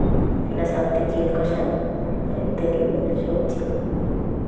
ᱚᱱᱟ ᱥᱟᱶᱛᱮ ᱡᱤᱞ ᱠᱚᱥᱟ ᱫᱟᱹᱞ ᱥᱚᱵᱡᱤ